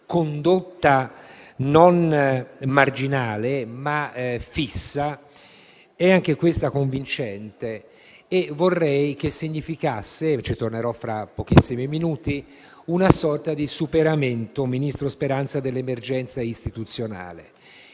condotta non marginale ma fissa. È una decisione convincente e vorrei che significasse - ci tornerò fra pochissimi minuti - una sorta di superamento dell'emergenza istituzionale.